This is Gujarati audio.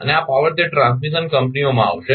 અને આ પાવર તે ટ્રાન્સમિશન કંપનીઓમાં આવશે